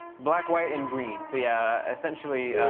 black, white, and green. so yeah, essentially,